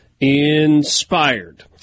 inspired